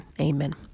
Amen